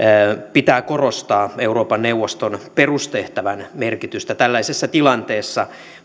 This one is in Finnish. pitää korostaa euroopan neuvoston perustehtävän merkitystä tällaisessa tilanteessa